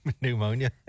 Pneumonia